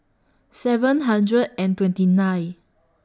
seven hundred and twenty nine